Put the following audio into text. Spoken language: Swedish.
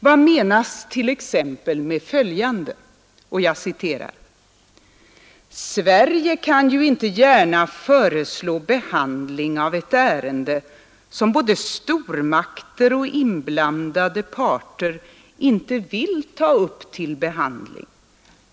Vad menas t.ex. med följande: ”Sverige kan ju inte gärna föreslå behandling av ett ärende som både stormakter och inblandade parter inte vill ta upp till behandling.